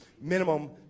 Minimum